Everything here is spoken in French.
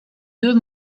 deux